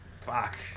fuck